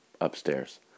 upstairs